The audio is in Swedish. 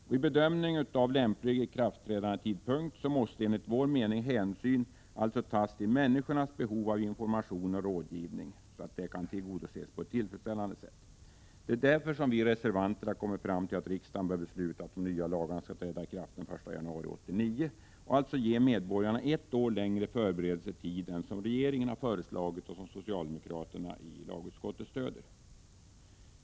Vid bedömning av lämplig ikraftträdandetid måste alltså enligt vår mening hänsyn tas till att människors behov av information och rådgivning kan tillgodoses på ett tillfredsställande sätt. Det är därför vi reservanter har kommit fram till att riksdagen bör besluta att de nya lagarna skall träda i kraft den 1 januari 1989 och att medborgarna alltså skall få ett år längre förberedelsetid än enligt regeringens förslag, som socialdemokraterna i lagutskottet stöder.